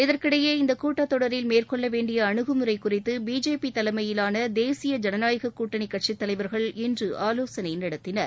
இதற்கிடையே இந்தக் கூட்டத் தொடரில் மேற்கொள்ள வேண்டிய அணுகுமுறை குறித்து பிஜேபி தலைமையிலான தேசிய ஜனநாயக கூட்டணி கட்சித் தலைவர்கள் இன்று ஆலோசனை நடத்தினர்